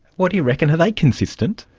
what do you reckon, are they consistent?